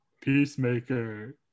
peacemaker